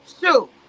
shoe